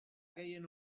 gehien